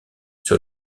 sur